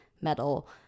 metal